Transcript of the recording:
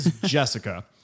Jessica